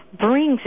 brings